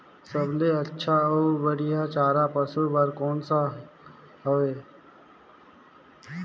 सबले अच्छा अउ बढ़िया चारा पशु बर कोन सा हवय?